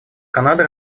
канада